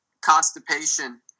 constipation